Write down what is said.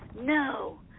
No